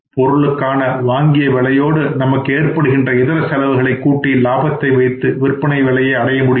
பொருளுக்கான வாங்கிய விலையோடு நமக்கு ஏற்படுகின்ற இதர செலவுகளை கூட்டி லாபத்தை வைத்து விற்பனை விலையை அடைய முடிகிறது